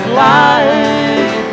life